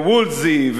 וולסי,